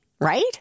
right